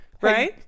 Right